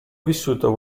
vissuto